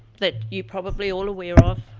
that you probably all aware of,